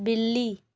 بلی